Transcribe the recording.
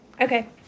okay